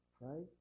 right